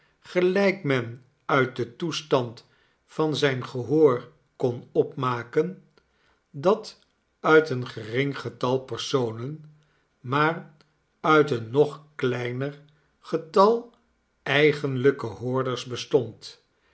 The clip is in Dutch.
gelijk men uit den toestand van zijn gehoor kon opmaken dat uit een gering getal personen maar uit een nog kleiner getal eigenlijke hoorders bestond